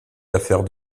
l’affaire